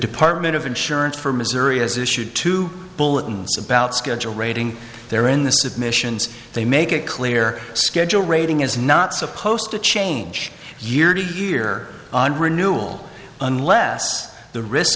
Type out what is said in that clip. department of insurance for missouri has issued two bulletins about schedule rating there in the submissions they make it clear schedule rating is not supposed to change year to year on renewal unless the risk